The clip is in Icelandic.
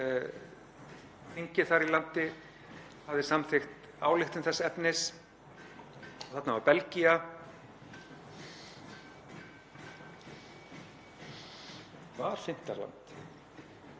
þarna voru líka Svíþjóð og Finnland